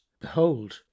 behold